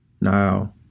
Now